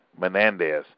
Menendez